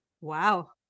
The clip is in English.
Wow